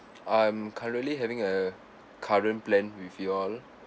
I'm currently having a current plan with you all